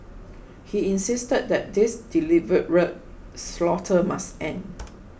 he insisted that this deliberate slaughter must end